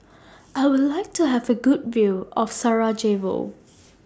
I Would like to Have A Good View of Sarajevo